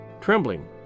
trembling